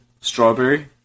Strawberry